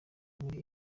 muri